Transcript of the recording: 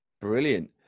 brilliant